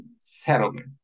settlement